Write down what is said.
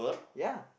ya